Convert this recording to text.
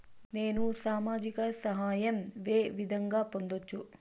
నేను సామాజిక సహాయం వే విధంగా పొందొచ్చు?